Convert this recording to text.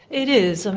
it is, um